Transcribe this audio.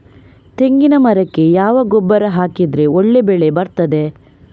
ತೆಂಗಿನ ಮರಕ್ಕೆ ಯಾವ ಗೊಬ್ಬರ ಹಾಕಿದ್ರೆ ಒಳ್ಳೆ ಬೆಳೆ ಬರ್ತದೆ?